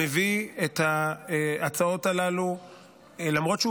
מביא את ההצעות הללו ברגע האחרון,